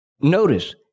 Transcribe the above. Notice